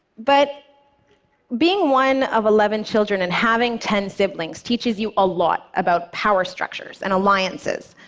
but being one of eleven children and having ten siblings teaches you a lot about power structures and alliances.